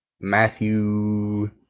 Matthew